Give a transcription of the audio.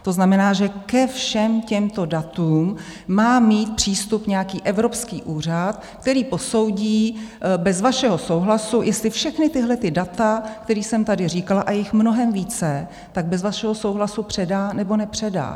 To znamená, že ke všem těmto datům má mít přístup nějaký evropský úřad, který posoudí bez vašeho souhlasu, jestli všechna tahle data, která jsem tady říkala, a je jich mnohem více, bez vašeho souhlasu předá, nebo nepředá.